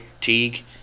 Teague